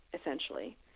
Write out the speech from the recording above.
essentially